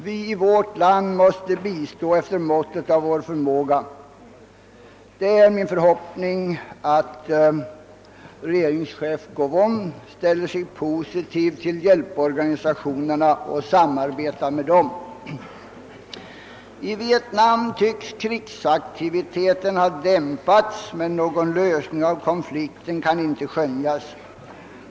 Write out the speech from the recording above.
Vi i vårt land måste bistå efter måttet av vår förmåga. Det är min förhoppning att regeringschefen Gowon ställer sig positiv till hjälporganisationerna och samarbetar med dem. I Vietnam tycks krigsaktiviteten ha dämpats, men någon lösning av konflikten kan inte skönjas.